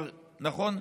נכון,